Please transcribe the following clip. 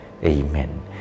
Amen